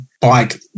bike